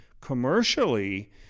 commercially